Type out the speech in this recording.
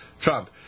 Trump